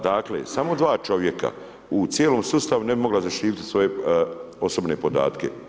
Dakle, samo 2 čovjeka u cijelom sustavu ne bi mogle zaštiti svoje osobne podatke.